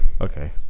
okay